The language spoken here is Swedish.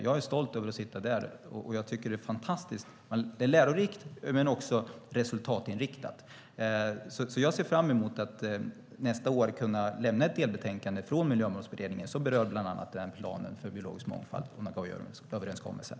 Jag är stolt över att sitta där, och jag tycker att det är fantastiskt. Det är lärorikt men också resultatinriktat. Jag ser fram emot att nästa år lämna ett delbetänkande från Miljömålsberedningen som bland annat berör planen för biologisk mångfald från Nagoyaöverenskommelsen.